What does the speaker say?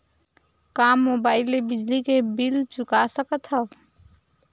का मुबाइल ले बिजली के बिल चुका सकथव?